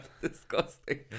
Disgusting